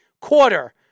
quarter